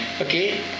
Okay